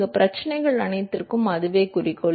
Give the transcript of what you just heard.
இந்தப் பிரச்சனைகள் அனைத்திற்கும் அதுவே குறிக்கோள்